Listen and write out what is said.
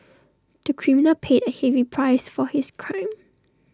the criminal paid A heavy price for his crime